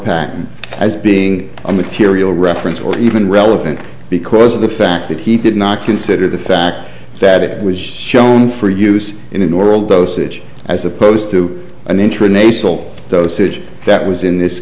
patent as being a material reference or even relevant because of the fact that he did not consider the fact that it was shown for use in an oral dosage as opposed to an intern a sole dosage that was in this